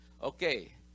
okay